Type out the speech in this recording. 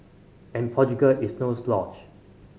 and Portugal is no slouch